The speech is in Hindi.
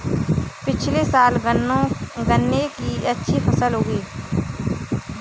पिछले साल गन्ने की अच्छी फसल उगी